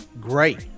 great